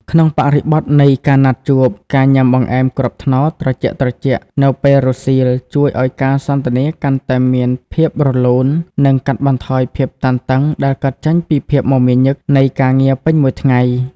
ក្នុងបរិបទនៃការណាត់ជួប ការញ៉ាំបង្អែមគ្រាប់ត្នោតត្រជាក់ៗនៅពេលរសៀល ជួយឱ្យការសន្ទនាកាន់តែមានភាពរលូន និងកាត់បន្ថយភាពតានតឹងដែលកើតចេញពីភាពមមាញឹកនៃការងារពេញមួយថ្ងៃ។